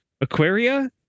Aquaria